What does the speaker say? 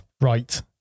Right